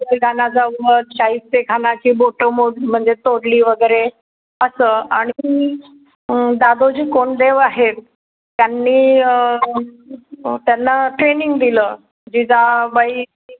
अफजलखानाचा वध शाईस्तेखानाची बोटं मोड म्हणजे तोडली वगैरे असं आणि दादोजी कोंडदेव आहेत त्यांनी त्यांना ट्रेनिंग दिलं जिजाबाई